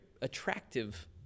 attractive